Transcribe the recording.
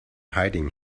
hiding